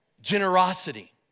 Generosity